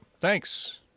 Thanks